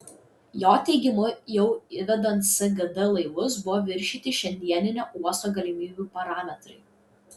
jo teigimu jau įvedant sgd laivus buvo viršyti šiandieninio uosto galimybių parametrai